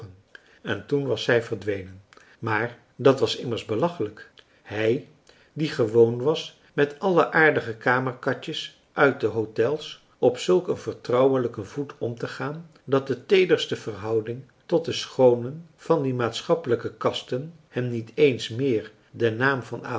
en toen was zij verdwenen maar dat was immers belachelijk hij die gewoon was met alle aardige kamerkatjes uit de hôtels op zulk een vertrouwelijken voet omtegaan dat de teederste verhouding tot de schoonen van die maatschappelijke kaste hem niet eens meer den naam van